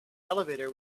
elevator